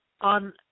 on